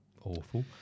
Awful